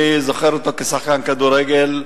אני זוכר אותו כשחקן כדורגל,